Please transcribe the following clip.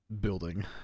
building